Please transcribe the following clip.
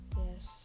yes